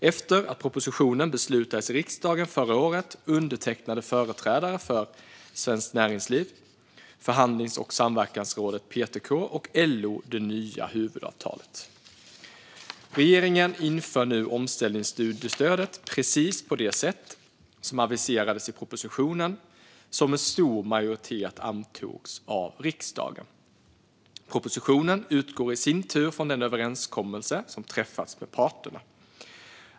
Efter att propositionen beslutades i riksdagen förra året undertecknade företrädare för Svenskt Näringsliv, Förhandlings och samverkansrådet PTK och LO det nya huvudavtalet. Regeringen inför nu omställningsstudiestödet precis på det sätt som aviserades i propositionen, som med stor majoritet antogs av riksdagen. Propositionen utgår i sin tur från den överenskommelse som träffats med parterna.